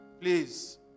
please